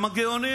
הם הגאונים.